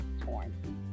torn